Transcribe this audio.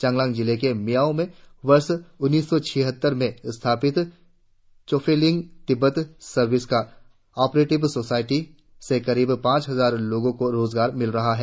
चांगलांग जिले के मियाओ में वर्ष उन्नीस सौ छिहत्तर में स्थापित Chophelling Tibet service cooperative society से करीब पांच हजार लोगों को रोजगार मिल रहा है